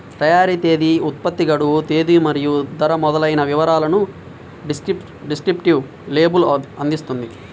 తయారీ తేదీ, ఉత్పత్తి గడువు తేదీ మరియు ధర మొదలైన వివరాలను డిస్క్రిప్టివ్ లేబుల్ అందిస్తుంది